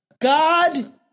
God